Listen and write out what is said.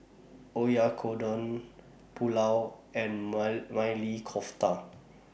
Oyakodon Pulao and might Maili Kofta